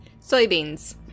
Soybeans